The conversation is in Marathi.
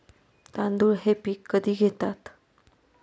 तांदूळ हे पीक कधी घेतात?